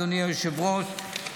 אדוני היושב-ראש,